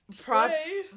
props